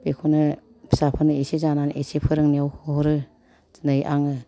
बेखौनो फिसाफोरनो एसे जानानै एसे फोरोंनायाव हरो दिनै आङो